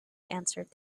answered